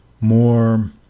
more